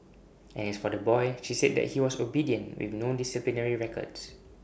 and as for the boy she said that he was obedient with no disciplinary records